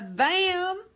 bam